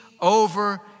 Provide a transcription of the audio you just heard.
over